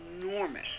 enormous